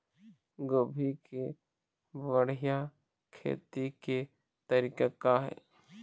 गोभी के बढ़िया खेती के तरीका का हे?